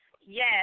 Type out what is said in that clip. Yes